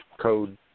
code